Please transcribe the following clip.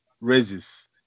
raises